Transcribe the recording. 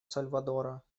сальвадора